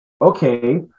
Okay